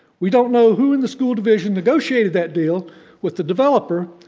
we don't know who in the school division negotiated tat deal with the developer,